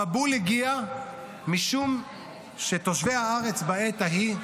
המבול הגיע משום שתושבי הארץ בעת ההיא,